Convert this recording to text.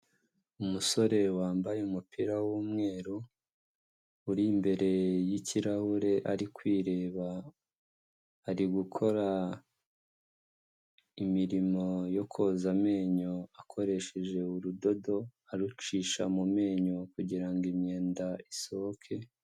Umusore wambaye umupira w'umweru, uri imbere y'ikirahure, ari kwireba, ari gukora imirimo yo koza amenyo akoresheje urudodo, arucisha mu menyo kugirango imyenda isohoke.